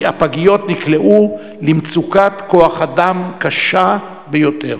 הפגיות נקלעו למצוקת כוח-אדם קשה ביותר.